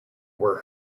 were